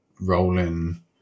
rolling